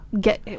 get